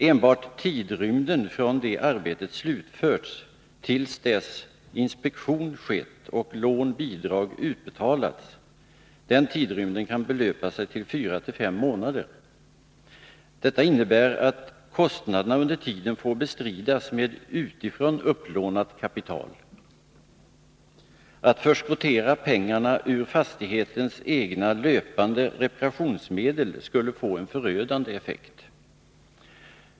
Enbart tidrymden från det arbetet slutförts till dess inspektion skett och lån/bidrag utbetalats kan belöpa sig till fyra fem månader. Detta innebär att kostnaderna under tiden får bestridas med utifrån upplånat kapital. Att förskottera pengarna ur fastighetens egna löpande reparationsmedel skulle få en förödande effekt.